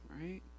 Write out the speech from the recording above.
right